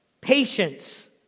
Patience